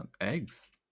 eggs